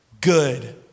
good